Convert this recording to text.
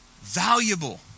valuable